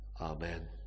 Amen